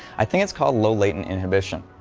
i think it's called low-latent inhibition.